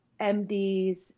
MDs